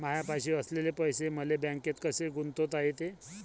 मायापाशी असलेले पैसे मले बँकेत कसे गुंतोता येते?